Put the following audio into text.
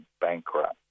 bankrupt